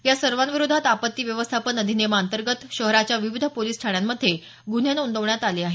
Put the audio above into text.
या सर्वांविरोधात आपत्ती व्यवस्थापन अधिनियमांतर्गत शहराच्या विविध पोलिस ठाण्यांमध्ये गुन्हे नोंदवण्यात आले आहेत